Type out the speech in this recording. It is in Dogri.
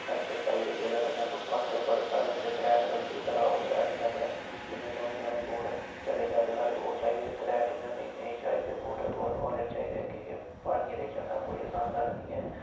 अच्छे चाहि्दे जेह्दे कन्नै पत्थर बड़े सारे होंदे तरैह्ट लगदी ओह्दे रा ओह् तरैह्ट निं लग्गे इ'न्ने सोह्ने सोह्ने बूट चले दे अज्जकल ओह् चाहिदे तरैह्टने नेईं चाहि्दे बूट होर होलै चाहि्दे कि के प्हाड़ी एरिये च चढ़ना कोई असान गल्ल निं ऐ